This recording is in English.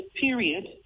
period